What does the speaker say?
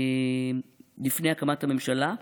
לפני הקמת הממשלה.